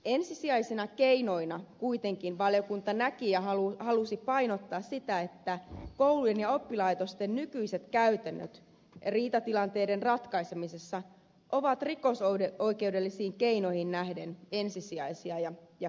ensisijaisina keinoina kuitenkin valiokunta näki koulujen ja oppilaitosten nykyiset käytännöt ja halusi painottaa sitä että paulin ja oppilaitosten nykyiset käytännöt riitatilanteiden ratkaisemisessa ne ovat rikosoikeudellisiin keinoihin nähden ensisijaisia ja kannatettavia